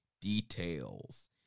details